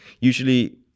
usually